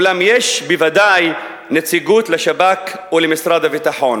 אולם יש בוודאי נציגות לשב"כ או למשרד הביטחון.